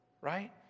right